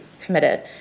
committed